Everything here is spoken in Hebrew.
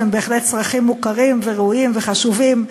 שהם בהחלט צרכים מוכרים וראויים וחשובים,